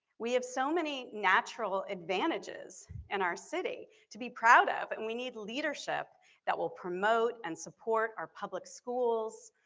we have so many natural advantages of and our city to be proud of, and we need leadership that will promote and support our public schools,